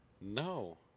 No